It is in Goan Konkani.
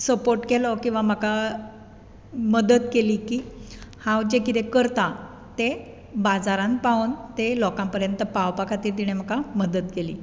सपोर्ट केलो किवा म्हाका मद्दत केली की हांव जें कितें करता तें बाजारांत पावोवन तें लोकापऱ्यांत पावपा खातीर तिणें म्हाका मद्दत केली